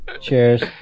Cheers